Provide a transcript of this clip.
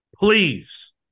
please